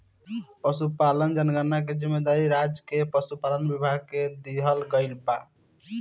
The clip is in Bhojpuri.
पसुपालन जनगणना के जिम्मेवारी राज्य के पसुपालन विभाग के दिहल गइल बा